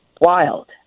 wild